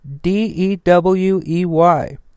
D-E-W-E-Y